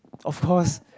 of course